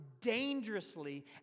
dangerously